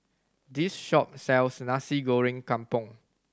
this shop sells Nasi Goreng Kampung